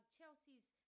Chelsea's